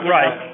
Right